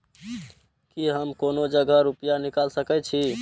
की हम कोनो जगह रूपया निकाल सके छी?